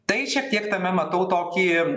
tai šiek tiek tame matau tokį